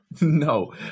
No